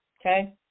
Okay